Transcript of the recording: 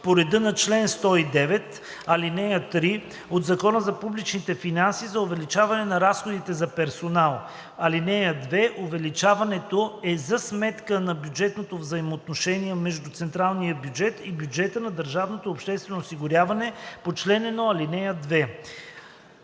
по реда на чл. 109, ал. 3 от Закона за публичните финанси за увеличаване на разходите за персонал. (2) Увеличението е за сметка на бюджетното взаимоотношение между централния бюджет и бюджета на държавното обществено осигуряване по чл. 1, ал. 2.“